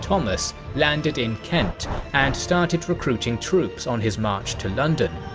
thomas landed in kent and started recruiting troops on his march to london.